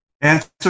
Answer